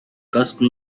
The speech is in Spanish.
casco